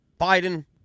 Biden